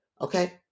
okay